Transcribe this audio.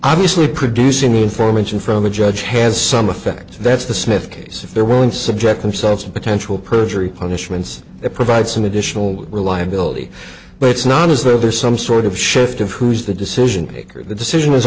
obviously producing information from a judge has some effect that's the smith case if they're willing to subject themselves to potential perjury punishments that provide some additional reliability but it's not as though there's some sort of shift of who's the decision maker the decision